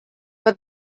but